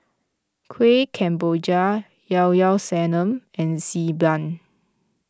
Kuih Kemboja Llao Llao Sanum and Xi Ban